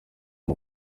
uri